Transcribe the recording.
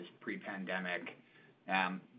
pre-pandemic